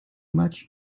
much